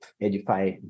edify